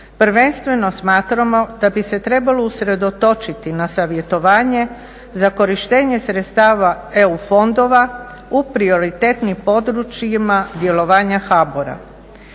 Prvenstveno smatramo da bi se trebalo usredotočiti na savjetovanje za korištenje sredstava EU fondova u prioritetnim područjima djelovanja HBOR-a.